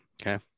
Okay